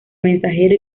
mensajero